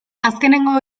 azkenengo